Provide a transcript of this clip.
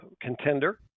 contender